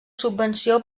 subvenció